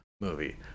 movie